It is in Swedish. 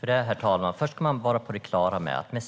Herr talman! Om